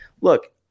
look